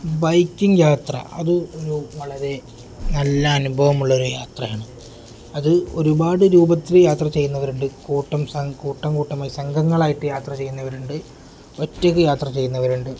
biking യാത്ര അത് ഒരു വളരെ നല്ല അനുഭവമുള്ളൊരു യാത്രയാണ് അത് ഒരുപാട് രൂപത്തിൽ യാത്ര ചെയ്യുന്നവരുണ്ട് കൂട്ടം കൂട്ടം കൂട്ടമായി സംഘങ്ങളായിട്ട് യാത്ര ചെയ്യുന്നവരുണ്ട് ഒറ്റക്ക് യാത്ര ചെയ്യുന്നവരുണ്ട്